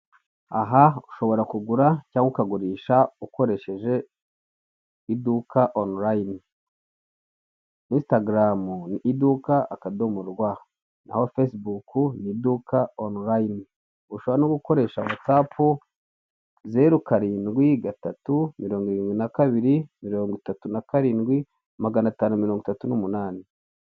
Aha ushobora kugura cyangwa ukagurisha ukoresheje iduka online. Instagram ni iduka.rw, naho facebook ni iduka online. Ushobora no gukoresha whatsapp zeru karindwi, gatatu, mirongo irindwi na kabiri, mirongo itatu na karindwi, magana atanu mirongo itatu n'umunani.